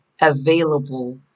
available